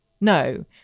no